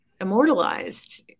immortalized